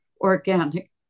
organic